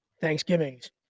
Thanksgivings